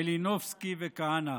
מלינובסקי וכהנא.